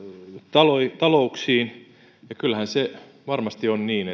talouksiin talouksiin ja kyllähän se varmasti on niin